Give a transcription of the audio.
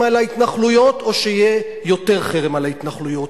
על ההתנחלויות או שיהיה יותר חרם על ההתנחלויות?